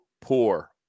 poor